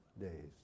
days